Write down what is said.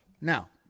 Now